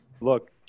look